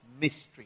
mystery